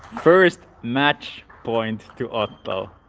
first match point to otto,